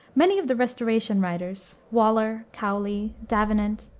many of the restoration writers waller, cowley, davenant,